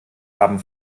haben